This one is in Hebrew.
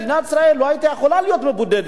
ומדינת ישראל לא היתה צריכה להיות מבודדת,